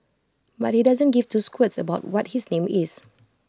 but he doesn't give two squirts about what his name is